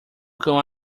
cão